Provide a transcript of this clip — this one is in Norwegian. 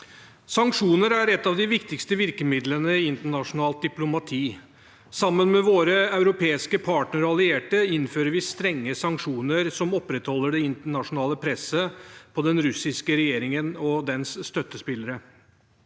Sanksjoner er et av de viktigste virkemidlene i internasjonalt diplomati. Sammen med våre europeiske partnere og allierte innfører vi strenge sanksjoner som opprettholder det internasjonale presset på den russiske regjeringen og dens støttespillere.